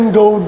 go